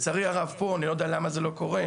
לצערי הרב פה, אני לא יודע למה זה לא קורה.